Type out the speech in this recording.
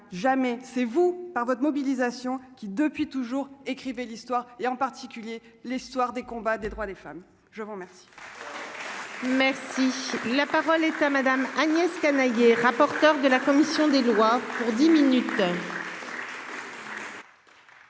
jamais, c'est vous, par votre mobilisation qui depuis toujours, écrivez l'Histoire et en particulier l'histoire des combats, des droits des femmes, je vous remercie. Merci, la parole est à Madame Agnès Canayer, rapporteur de la commission des lois pour dix minutes.